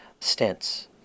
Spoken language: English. stents